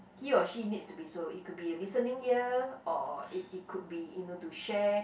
he or she needs to be so it could be a listening ear or it it could be you know to share